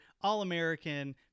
All-American